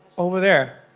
over there.